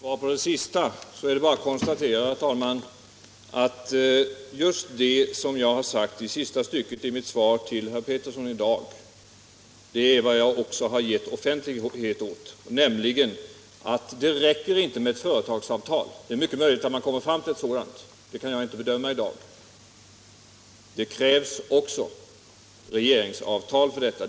Herr talman! Som svar på det sista är det bara att konstatera att vad jag har givit offentlighet åt är just det som jag sade i slutet av mitt 16 svar till herr Pettersson i dag, nämligen att det inte räcker med ett fö retagsavtal — det är mycket möjligt att man kommer fram till ett sådant; det kan jag inte bedöma i dag — utan att det också krävs regeringsavtal för detta.